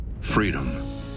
freedom